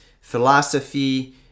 philosophy